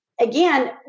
again